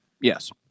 Yes